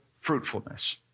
fruitfulness